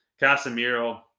Casemiro